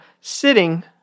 sitting